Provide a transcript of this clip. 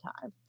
time